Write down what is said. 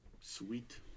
Sweet